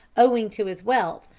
owing to his wealth,